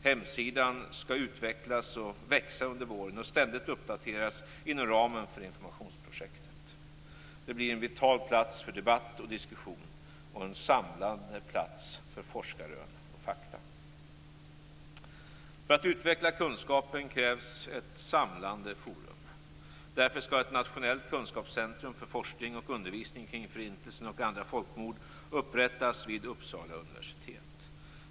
Hemsidan skall utvecklas och växa under våren och ständigt uppdateras inom ramen för informationsprojektet. Den blir en vital plats för debatt och diskussion och en samlande plats för forskarrön och fakta. För att utveckla kunskapen krävs ett samlande forum. Därför skall ett nationellt kunskapscentrum för forskning och undervisning kring Förintelsen och andra folkmord upprättas vid Uppsala universitet.